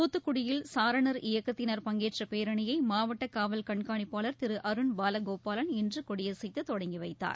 தூத்துக்குடியில் சாரணர் இயக்கத்தினர் பங்கேற்ற பேரணியை மாவட்ட காவல் கண்காணிப்பாளர் திரு அருண் பாலகோபாலன் இன்று கொடியசைத்து தொடங்கி வைத்தார்